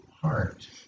heart